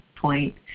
point